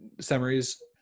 summaries